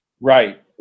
Right